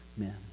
Amen